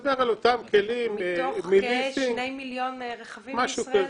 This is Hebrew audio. מתוך שני מיליון רכבים בישראל.